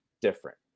different